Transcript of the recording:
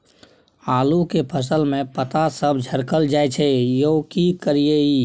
आलू के फसल में पता सब झरकल जाय छै यो की करियैई?